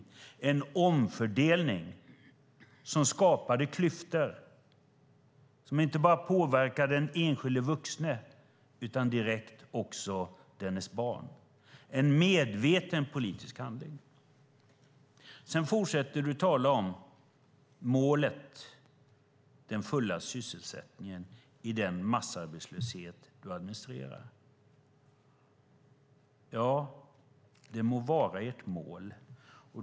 Det var en omfördelning som skapade klyftor och som påverkade inte bara den enskilde vuxne utan direkt också dennes barn. Det var en medveten politisk handling. Sedan fortsätter du att tala om målet den fulla sysselsättningen i den massarbetslöshet du administrerar. Ja, det må vara ert mål.